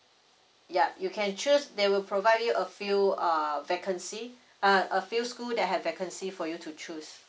yup you can choose they will provide you a few err vacancy uh a few school that have vacancy for you to choose